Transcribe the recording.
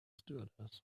stewardess